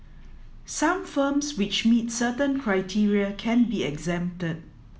some firms which meet certain criteria can be exempted